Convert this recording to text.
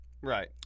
Right